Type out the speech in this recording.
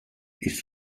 ich